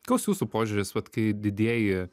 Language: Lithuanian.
koks jūsų požiūris vat kai didieji